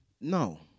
No